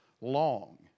long